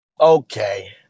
Okay